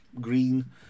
green